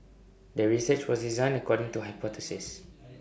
the research was designed according to hypothesis